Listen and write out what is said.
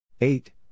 eight